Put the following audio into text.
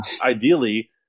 ideally